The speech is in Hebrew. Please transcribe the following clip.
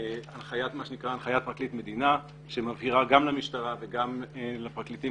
מה שנקרא הנחיית פרקליט מדינה שמבהירה גם למשטרה וגם לפרקליטים